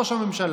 ראש הממשלה.